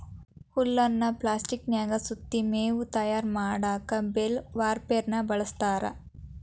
ಹುಲ್ಲನ್ನ ಪ್ಲಾಸ್ಟಿಕನ್ಯಾಗ ಸುತ್ತಿ ಮೇವು ತಯಾರ್ ಮಾಡಕ್ ಬೇಲ್ ವಾರ್ಪೆರ್ನ ಬಳಸ್ತಾರ